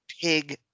pig